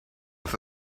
with